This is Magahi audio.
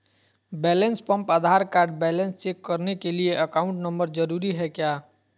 Balance pump Aadhaar card balance check करने के लिए अकाउंट नंबर जरूरी है क्या?